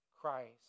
Christ